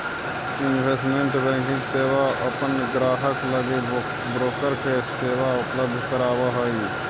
investment banking सेवा अपन ग्राहक लगी ब्रोकर के सेवा उपलब्ध करावऽ हइ